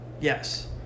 yes